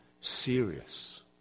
serious